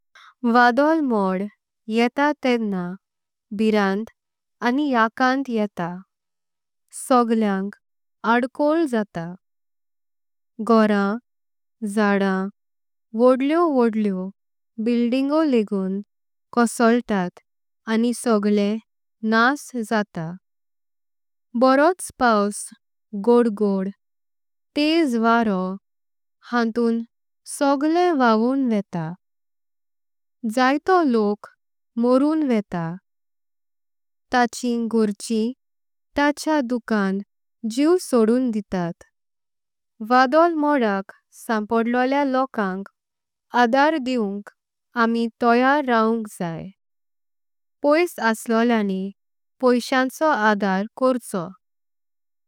वाढोल मोड येता तेदनाम भिरांत आनी आकाश येतायेता सगळयांक अडकोळ जात घरां, जांडां, व्होडलो। व्होडलो बिल्डिंगो लेगून कसलत आनी सगळयां नास जात। बरोच पाउस, घोड़घोड़, तेज वारो हांतून सगळयां भागून येता जायतो लोक मरोण येता तांयन घोर्चीं ताच्या दूकांन। जीव शोडून देतात वाढोल मोदक संपोडलेआ लोकांक। आधर दीऊंक आमी तयार राहूंक जायी। पॉइस असोळेआनी पैशेआको आधर कूर्चो।